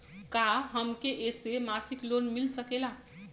का हमके ऐसे मासिक लोन मिल सकेला?